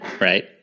right